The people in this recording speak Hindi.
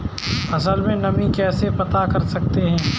फसल में नमी कैसे पता करते हैं?